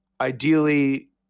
ideally